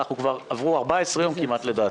שמאז עברו כמעט 14 ימים לדעתי,